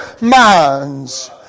minds